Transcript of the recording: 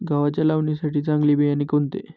गव्हाच्या लावणीसाठी चांगले बियाणे कोणते?